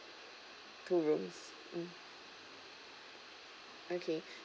two rooms mm okay